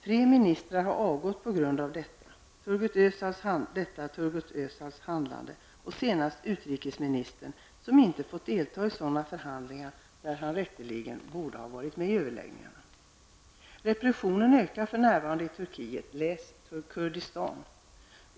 Tre ministrar har avgått på grund av detta Turgut Özals handlande, senast utrikesministern som inte har fått delta i sådana förhandlingar där han rätteligen borde ha varit med. Repressionen ökar för närvarande i Turkiet, läs Kurdistan.